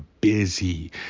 busy